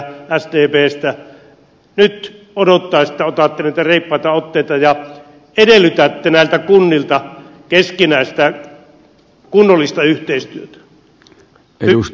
nyt odottaisi että otatte niitä reippaita otteita ja edellytätte näiltä kunnilta keskinäistä kunnollista yhteistyötä